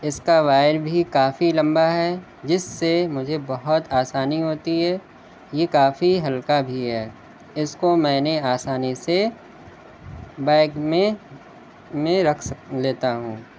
اس کا وائر بھی کافی لمبا ہے جس سے مجھے بہت آسانی ہوتی ہے یہ کافی ہلکا بھی ہے اس کو میں نے آسانی سے بیگ میں میں رکھ سک لیتا ہوں